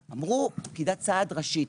אמרו: פקידת סעד ראשית.